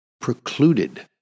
precluded